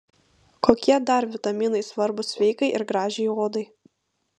kokie dar vitaminai svarbūs sveikai ir gražiai odai